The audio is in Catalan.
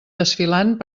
desfilant